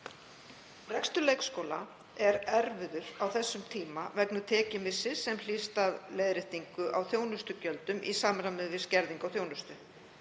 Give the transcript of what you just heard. Rekstur leikskóla er erfiður á þessum tímum vegna tekjumissis sem hlýst af leiðréttingu á þjónustugjöldum í samræmi við skerðingu á þjónustu.